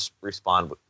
respond